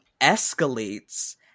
escalates